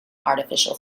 artificial